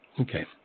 Okay